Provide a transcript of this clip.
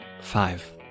five